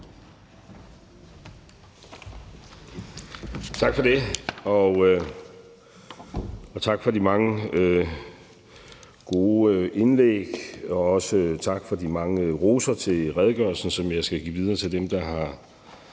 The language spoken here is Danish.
Tak for det. Og tak for de mange gode indlæg, og også tak for de mange roser til redegørelsen, som jeg skal give videre til dem, der har